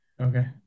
Okay